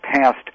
passed